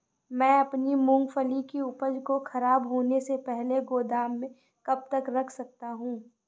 मैं अपनी मूँगफली की उपज को ख़राब होने से पहले गोदाम में कब तक रख सकता हूँ?